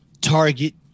Target